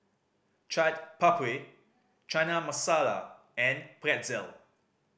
Chaat Papri Chana Masala and Pretzel